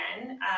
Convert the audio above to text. again